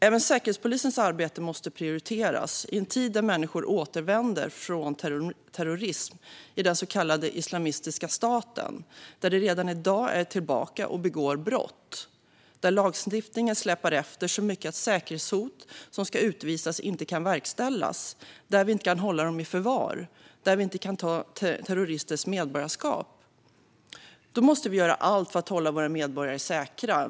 Även Säkerhetspolisens arbete måste prioriteras i en tid där människor återvänder från terrorism i den så kallade Islamiska staten, där de redan i dag är tillbaka och begår brott, där lagstiftningen släpar efter så mycket att utvisningar av säkerhetshot inte kan verkställas, där vi inte kan hålla dem i förvar och där vi inte kan ta terroristers medborgarskap ifrån dem. Vi måste göra allt för att hålla våra medborgare säkra.